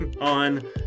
on